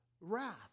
wrath